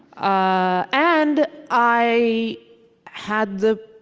ah and i had the